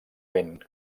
vent